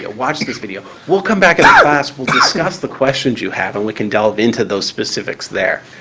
ah watch this video. we'll come back and ask, we'll discuss the questions you have, and we can delve into those specifics there.